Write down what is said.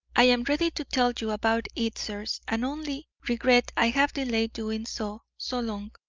i am ready to tell you about it, sirs, and only regret i have delayed doing so so long,